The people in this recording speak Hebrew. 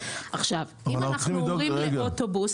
בסדר, אבל אתם צריכים לדאוג -- סליחה,